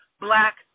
Black